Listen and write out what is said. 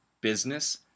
business